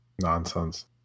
nonsense